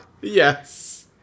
Yes